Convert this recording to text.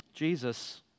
Jesus